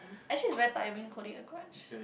actually it's very tiring holding a grudge